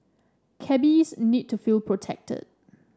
cabbies need to feel protected